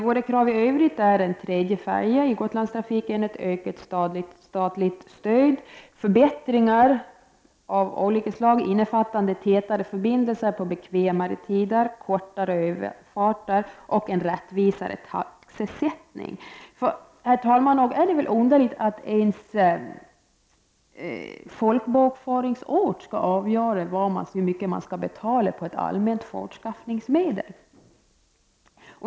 Våra krav i övrigt är en tredje färja i Gotlandstrafiken, ett ökat statligt stöd, förbättringar av olika slag innefattande tätare förbindelser på bekvämare tider, kortare överfarter och en rättvisare taxesättning. Herr talman! Nog är det underligt att ens folkbokföringsort skall avgöra hur mycket man skall betala på ett allmänt fortskaffningsmedel.